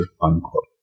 unquote